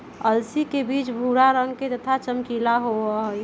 अलसी के बीज भूरा रंग के तथा चमकीला होबा हई